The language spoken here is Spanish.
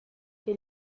que